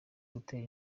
gutera